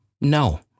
No